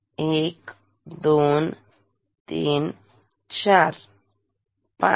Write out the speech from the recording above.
1 2 3 4 5